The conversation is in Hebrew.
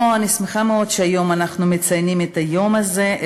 אני שמחה מאוד שהיום אנחנו מציינים פה את היום הזה,